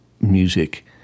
music